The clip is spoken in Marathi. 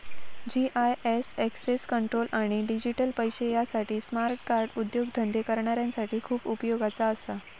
जी.आय.एस एक्सेस कंट्रोल आणि डिजिटल पैशे यासाठी स्मार्ट कार्ड उद्योगधंदे करणाऱ्यांसाठी खूप उपयोगाचा असा